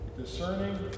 discerning